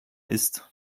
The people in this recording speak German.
ist